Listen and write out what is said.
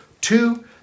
two